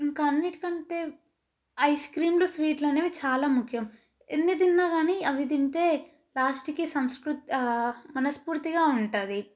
ఇంకా అన్నింటికంటే ఐస్క్రీమ్లు స్వీట్లు అనేవి చాలా ముఖ్యం ఎన్ని తిన్నాకానీ అవి తింటే లాస్ట్కి సంతృప్తి మనస్ఫూర్తిగా ఉంటుంది